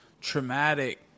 traumatic